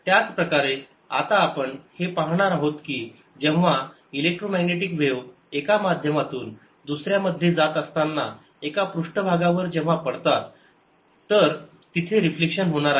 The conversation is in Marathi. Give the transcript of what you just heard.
त्याच प्रकारे आता आपण हे पाहणार आहोत की जेव्हा इलेक्ट्रोमॅग्नेटिक वेज एका माध्यमातून दुसऱ्या मध्ये जात असताना एका पृष्ठभागावर जेव्हा पडतात तर तिथे रिफ्लेक्शन होणार आहे